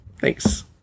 Thanks